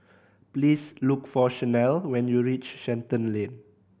please look for Shanell when you reach Shenton Lane